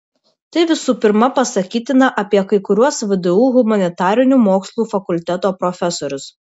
tai visų pirma pasakytina apie kai kuriuos vdu humanitarinių mokslų fakulteto profesorius